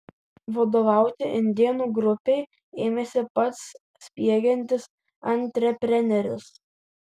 vadovauti indėnų grupei ėmėsi pats spiegiantis antrepreneris